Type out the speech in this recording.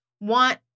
want